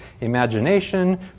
imagination